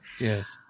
yes